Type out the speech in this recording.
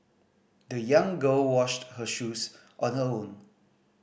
the young girl washed her shoes on her own